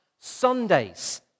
Sundays